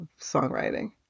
songwriting